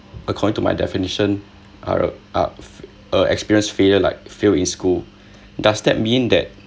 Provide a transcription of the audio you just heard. according to my definition uh are a ar~ experienced failure like fail in school does that mean that